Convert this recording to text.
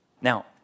Now